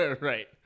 Right